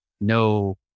no